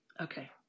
Okay